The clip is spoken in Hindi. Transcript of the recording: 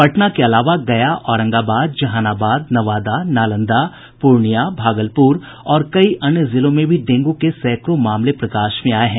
पटना के अलावा गया औरंगाबाद जहानाबाद नवादा नालंदा पूर्णिया भागलपुर और कई अन्य जिलों में भी डेंगू के सैकड़ों मामले प्रकाश में आये हैं